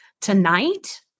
tonight